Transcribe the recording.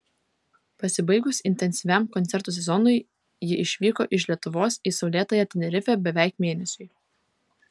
pasibaigus intensyviam koncertų sezonui ji išvyko iš lietuvos į saulėtąją tenerifę beveik mėnesiui